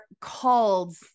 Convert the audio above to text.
called